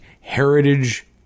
heritage